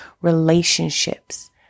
relationships